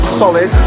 solid